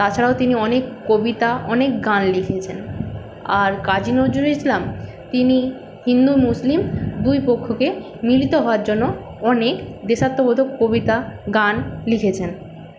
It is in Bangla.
তাছাড়াও তিনি অনেক কবিতা অনেক গান লিখেছেন আর কাজী নজরুল ইসলাম তিনি হিন্দু মুসলিম দুই পক্ষকে মিলিত হওয়ার জন্য অনেক দেশাত্মবোধক কবিতা গান লিখেছেন